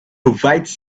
provides